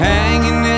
Hanging